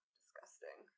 disgusting